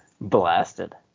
Blasted